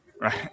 Right